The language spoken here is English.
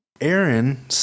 Aaron